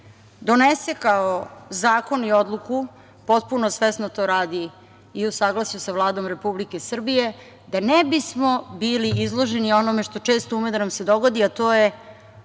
donese kao zakon i odluku potpuno svesno to radi i u saglasju sa Vladom Republike Srbije, da ne bismo bili izloženi onome što često ume da nam se dogodi, a to je